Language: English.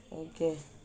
okay